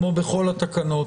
כמו בכל התקנות,